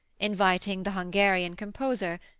inviting the hungarian composer,